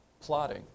plotting